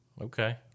Okay